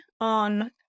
on